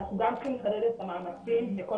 אנחנו גם צריכים לחדד את המאמצים בכל